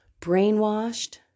brainwashed